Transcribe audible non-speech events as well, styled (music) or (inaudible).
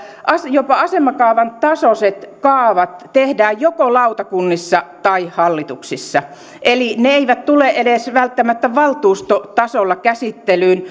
jopa asemakaavan tasoiset kaavat tehdään joko lautakunnissa tai hallituksissa eli ne eivät tule välttämättä edes valtuustotasolla käsittelyyn (unintelligible)